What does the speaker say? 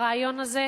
הרעיון הזה.